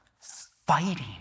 fighting